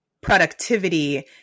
productivity